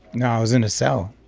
no. i was in a cell.